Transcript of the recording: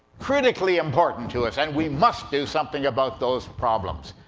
critically important to us. and we must do something about those problems.